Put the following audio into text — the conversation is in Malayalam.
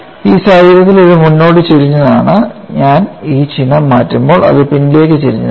ഈ സാഹചര്യത്തിൽ ഇത് മുന്നോട്ട് ചരിഞ്ഞതാണ് ഞാൻ ഈ ചിഹ്നം മാറ്റുമ്പോൾ അത് പിന്നിലേക്ക് ചരിഞ്ഞതാണ്